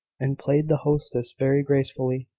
and played the hostess very gracefully.